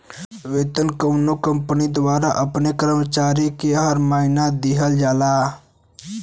वेतन कउनो कंपनी द्वारा अपने कर्मचारी के हर महीना दिहल जाला